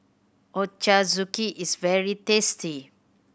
ochazuke is very tasty